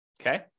okay